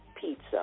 pizza